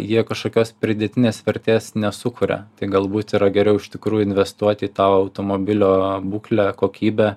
jie kažkokios pridėtinės vertės nesukuria tai galbūt yra geriau iš tikrųjų investuoti į tą automobilio būklę kokybę